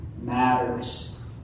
matters